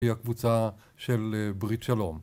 היא הקבוצה של ברית שלום.